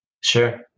Sure